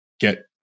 get